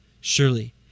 Surely